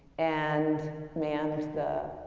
and manned the